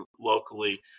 locally